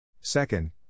Second